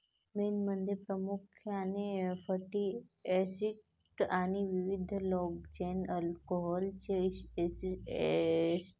मेणमध्ये प्रामुख्याने fatty acids आणि विविध लाँग चेन अल्कोहोलचे एस्टर असतात